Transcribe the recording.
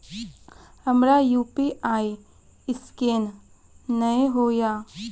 हमर यु.पी.आई ईसकेन नेय हो या?